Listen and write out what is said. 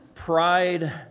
Pride